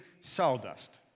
sawdust